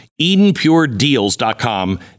EdenPureDeals.com